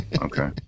Okay